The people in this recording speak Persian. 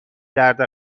درد